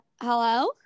Hello